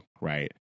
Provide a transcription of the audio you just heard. right